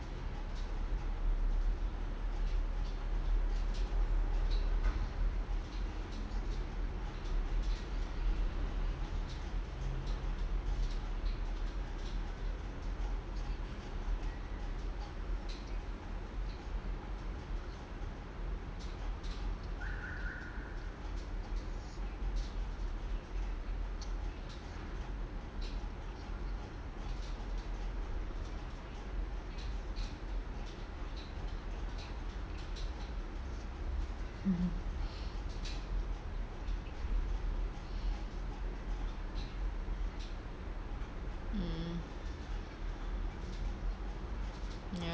mmhmm mm ya